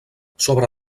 sobre